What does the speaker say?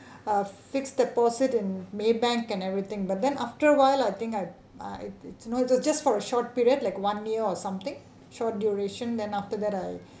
a fixed deposit and Maybank and everything but then after awhile I think I I it's you know it's just for a short period like one year or something short duration than after that